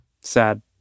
Sad